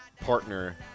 partner